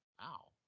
wow